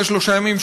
אחרי שלושה ימים,